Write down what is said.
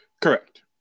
Correct